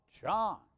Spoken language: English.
John